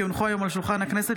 כי הונחה היום על שולחן הכנסת,